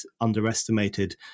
underestimated